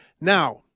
Now